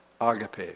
agape